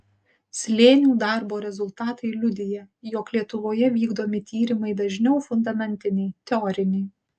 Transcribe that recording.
slėnių darbo rezultatai liudija jog lietuvoje vykdomi tyrimai dažniau fundamentiniai teoriniai